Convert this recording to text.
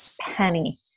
Penny